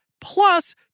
plus